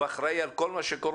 הוא אחראי על כל מה שקורה,